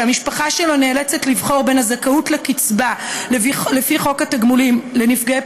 המשפחה שלו נאלצת לבחור בין הזכאות לקצבה לפי חוק התגמולים לנפגעי